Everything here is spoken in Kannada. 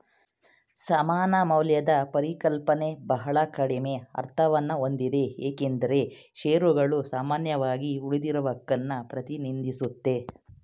ಸಮಾನ ಮೌಲ್ಯದ ಪರಿಕಲ್ಪನೆ ಬಹಳ ಕಡಿಮೆ ಅರ್ಥವನ್ನಹೊಂದಿದೆ ಏಕೆಂದ್ರೆ ಶೇರುಗಳು ಸಾಮಾನ್ಯವಾಗಿ ಉಳಿದಿರುವಹಕನ್ನ ಪ್ರತಿನಿಧಿಸುತ್ತೆ